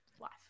life